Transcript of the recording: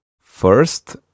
first